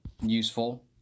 useful